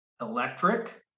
electric